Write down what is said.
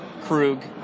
Krug